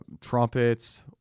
trumpets